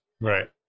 Right